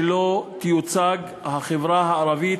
שלא תיוצג החברה הערבית,